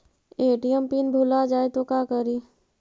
ATM pin भुला जाए तो का करी?